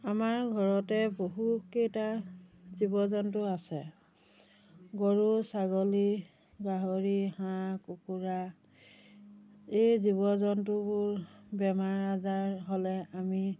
আমাৰ ঘৰতে বহুকেইটা জীৱ জন্তু আছে গৰু ছাগলী গাহৰি হাঁহ কুকুৰা এই জীৱ জন্তুবোৰ বেমাৰ আজাৰ হ'লে আমি